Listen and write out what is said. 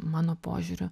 mano požiūriu